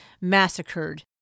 massacred